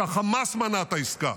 שחמאס מנע את העסקה